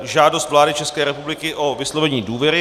Žádost vlády České republiky o vyslovení důvěry